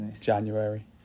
January